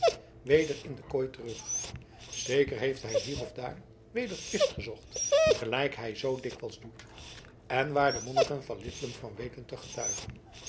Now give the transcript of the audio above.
weder in de kooi terug zeker heeft hij hier of daar weder twist gezocht gelijk hij zoo dikwijls doet en waar de monniken van lidlum van weten te getuigen